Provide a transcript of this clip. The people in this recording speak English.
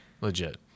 legit